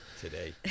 Today